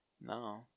no